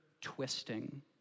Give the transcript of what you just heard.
twisting